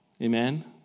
Amen